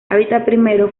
hábitat